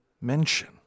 mention